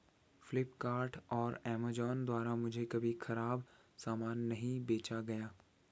फ्लिपकार्ट और अमेजॉन द्वारा मुझे कभी खराब सामान नहीं बेचा गया